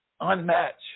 Unmatched